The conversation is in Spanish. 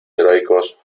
heroicos